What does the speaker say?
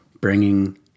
bringing